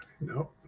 No